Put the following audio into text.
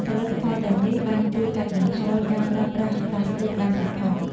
ផលិតផលទាំងនេះបានជួយកាត់បន្ថយការប្រើប្រាស់ប្លាស្ទិកបានទៀតផង។